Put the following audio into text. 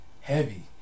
heavy